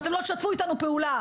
שאם לא ישתפו איתנו פעולה,